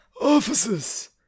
Officers